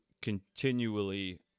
continually